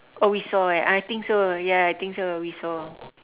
oh we saw eh I think so ya I think so we saw